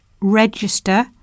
register